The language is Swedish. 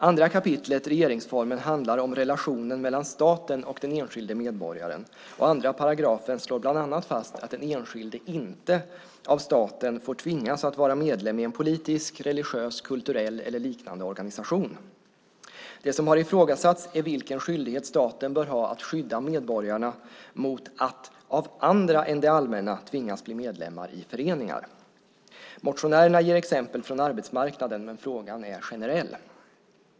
2 kap. regeringsformen handlar om relationen mellan staten och den enskilde medborgaren, och 2 § slår bland annat fast att den enskilde inte av staten får tvingas att vara medlem i en politisk, religiös, kulturell eller liknande organisation. Det som har ifrågasatts är vilken skyldighet staten bör ha att skydda medborgarna mot att av andra än det allmänna tvingas bli medlemmar i föreningar. Motionärerna ger exempel från arbetsmarknaden, men frågan är generell.